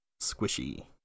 Squishy